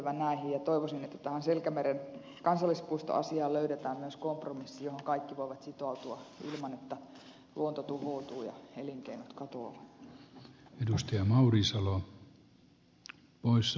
toivoisin että tähän selkämeren kansallispuistoasiaan löydetään myös kompromissi johon kaikki voivat sitoutua ilman että luonto tuhoutuu ja elinkeinot katoavat